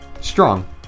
Strong